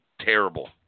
terrible